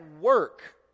work